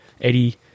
Eddie